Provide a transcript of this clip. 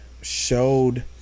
showed